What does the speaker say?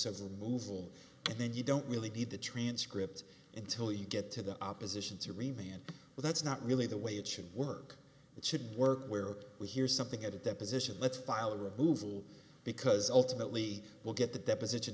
the movable and then you don't really need the transcript until you get to the opposition to remain well that's not really the way it should work it should work where we hear something at a deposition let's file a rebuttal because ultimately we'll get the deposition